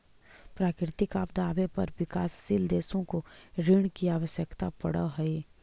प्राकृतिक आपदा आवे पर विकासशील देशों को ऋण की आवश्यकता पड़अ हई